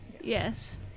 Yes